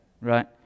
right